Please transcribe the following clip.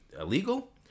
illegal